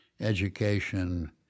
education